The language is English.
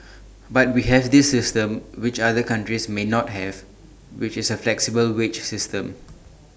but we have this system which other countries may not have which is A flexible wage system